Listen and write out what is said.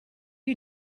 you